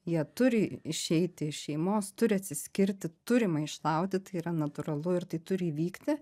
jie turi išeiti iš šeimos turi atsiskirti turi maištauti tai yra natūralu ir tai turi įvykti